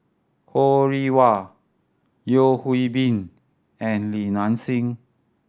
Ho Rih Hwa Yeo Hwee Bin and Li Nanxing